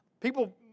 People